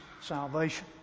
salvation